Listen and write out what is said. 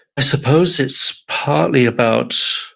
i suppose, it's partly about